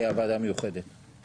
קודם היתה ועדה מיוחדת.